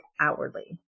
outwardly